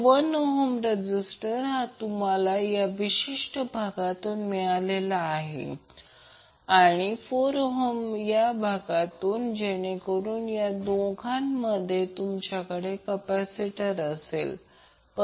तर 1 ohm resistance हा तुम्हाला या विशिष्ट भागातून मिळालेला आहे आणि 4 ohm या भागातून जेणेकरून या दोघांमध्ये तुमच्याकडे कॅपॅसिटर असेल